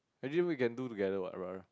actually we can do together what brother